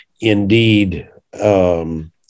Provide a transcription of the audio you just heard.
indeed